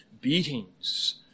beatings